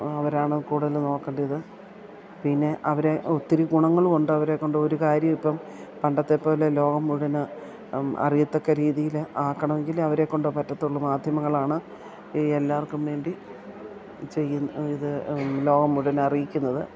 അവരാണ് കൂടുതൽ നോക്കേണ്ടത് പിന്നെ അവരെ ഒത്തിരി ഗുണങ്ങളും ഉണ്ട് അവരെക്കൊണ്ട് ഒരുകാര്യം ഇപ്പം പണ്ടത്തെപ്പോലെ ലോകം മുഴുവൻ അറിയത്തക്ക രീതിയിൽ ആക്കണമെങ്കിൽ അവരെക്കൊണ്ടേ പറ്റത്തുള്ളൂ മാധ്യമങ്ങളാണ് ഈ എല്ലാവർക്കുംവേണ്ടി ചെയ്യുന്ന ഇത് ലോകം മുഴുവനറിയിക്കുന്നത്